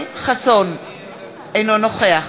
אינו נוכח